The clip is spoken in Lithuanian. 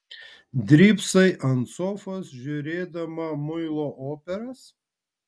drybsai ant sofos žiūrėdama muilo operas